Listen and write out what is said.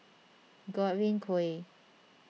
Godwin Koay